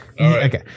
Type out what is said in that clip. Okay